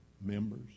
members